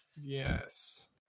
Yes